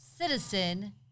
citizen